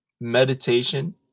meditation